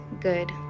good